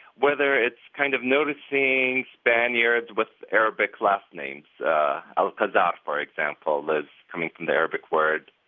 whether it's kind of noticing spaniards with arabic last names al-kazas, um for example, is coming from the arabic word,